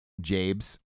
Jabe's